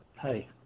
hey